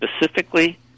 specifically